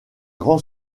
grand